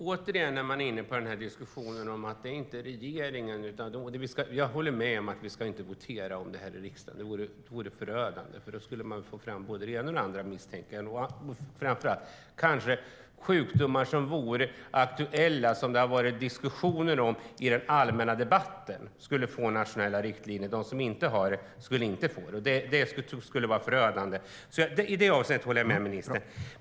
Fru talman! Jag håller med om att vi inte ska votera om det här i riksdagen. Det vore förödande, för då skulle man få fram både det ena och det andra, misstänker jag. Kanske framför allt sjukdomar som är aktuella och som det har varit diskussioner om i den allmänna debatten skulle få nationella riktlinjer, och de som inte har varit det skulle inte få det. Det skulle vara förödande. I det avseendet håller jag alltså med ministern.